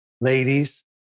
ladies